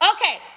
Okay